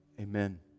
amen